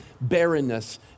barrenness